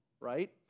right